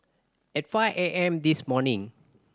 at five A M this morning